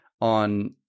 on